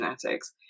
genetics